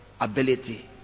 ability